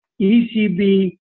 ECB